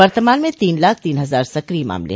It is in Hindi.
वर्तमान में तीन लाख तीन हजार सक्रिय मामले हैं